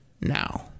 now